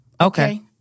Okay